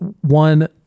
one